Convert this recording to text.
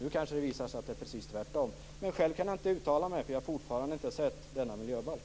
Det kanske nu visar sig vara precis tvärtom. Jag kan inte uttala mig, därför att jag har fortfarande inte sett denna miljöbalk.